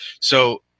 So-